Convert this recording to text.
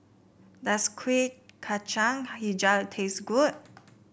does Kuih Kacang hijau taste good